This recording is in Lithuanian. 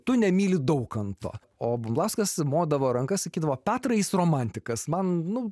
tu nemyli daukanto o bumblauskas modavo ranka sakydavo petrai jis romantikas man nu